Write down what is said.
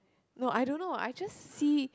no I don't know I just see